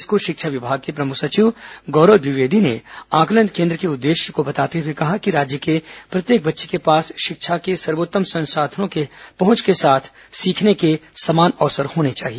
school शिक्षा विभाग के प्रमुख सचिव गौरव द्विवेदी ने आकलन केन्द्र के उद्देश्य बताते हुए कहा कि राज्य के प्रत्येक बच्चे के पास शिक्षा के सर्वोत्तम संसाधनों के पहुंच के साथ सीखने के समान अवसर होने चाहिए